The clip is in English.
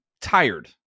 tired